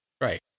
Right